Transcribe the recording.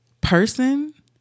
person